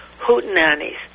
Hootenannies